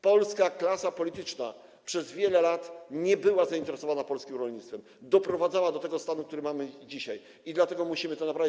Polska klasa polityczna przez wiele lat nie była zainteresowana polskim rolnictwem, doprowadzała do tego stanu, który mamy dzisiaj, dlatego musimy to naprawić.